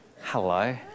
hello